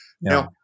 now